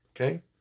Okay